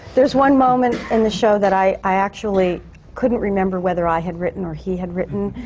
there's one moment in the show that i i actually couldn't remember whether i had written or he had written.